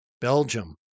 Belgium